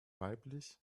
weiblich